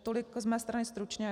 Tolik z mé strany stručně.